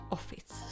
Office